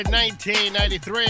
1993